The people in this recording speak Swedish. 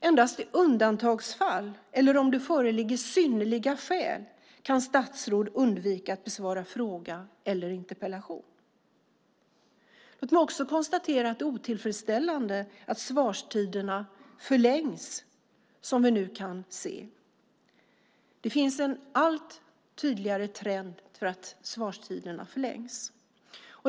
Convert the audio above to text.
Endast i undantagsfall eller om det föreligger synnerliga skäl kan statsråd undvika att besvara en fråga eller interpellation. Låt mig också konstatera att det är otillfredsställande att svarstiderna förlängs, som vi nu kan se. Det finns en allt tydligare trend att svarstiderna förlängs.